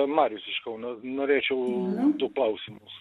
marius iš kauno norėčiau du klausimus